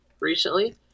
recently